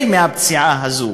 שסובל כל החיים מהפציעה הזאת,